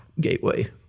Gateway